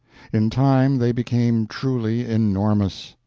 in time they became truly enormous.